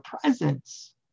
presence